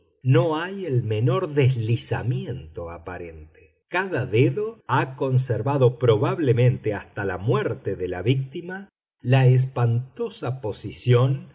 no hay el menor deslizamiento aparente cada dedo ha conservado probablemente hasta la muerte de la víctima la espantosa posición